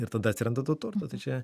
ir tada atsiranda to turto tai čia